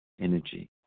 Energy